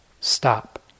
stop